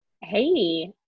Hey